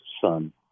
son